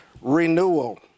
renewal